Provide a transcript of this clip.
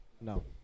No